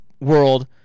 world